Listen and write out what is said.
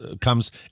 comes